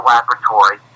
laboratory